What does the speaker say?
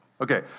Okay